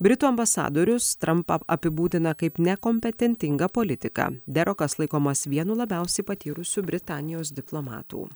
britų ambasadorius trampą apibūdina kaip nekompetentingą politiką derokas laikomas vienu labiausiai patyrusių britanijos diplomatų